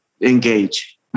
engage